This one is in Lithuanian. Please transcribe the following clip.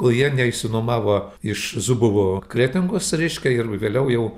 kol jie neišsinuomavo iš zubovo kretingos reiškia ir vėliau jau